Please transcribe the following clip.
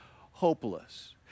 hopeless